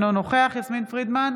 אינו נוכח יסמין פרידמן,